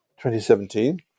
2017